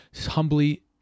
humbly